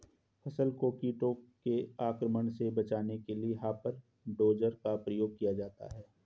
फसल को कीटों के आक्रमण से बचाने के लिए हॉपर डोजर का प्रयोग किया जाता है